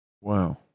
Wow